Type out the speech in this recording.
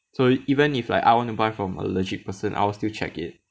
so even if like I want to buy from a legit person I will still check it